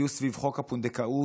היו סביב חוק הפונדקאות,